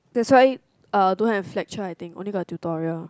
that why uh don't have lecture I think only got tutorial